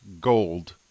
gold